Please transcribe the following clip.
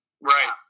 right